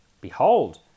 Behold